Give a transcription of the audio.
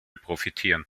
profitieren